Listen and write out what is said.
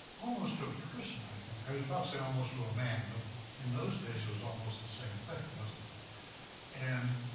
almost to a person, i think, i was about to say almost to a man, but in those days, it was almost the same thing, wasn't it, and